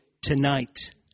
tonight